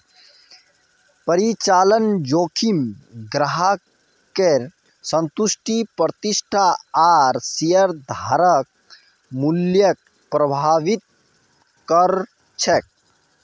परिचालन जोखिम ग्राहकेर संतुष्टि प्रतिष्ठा आर शेयरधारक मूल्यक प्रभावित कर छेक